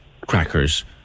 crackers